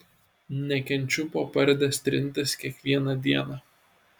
nekenčiu po pardes trintis kiekvieną dieną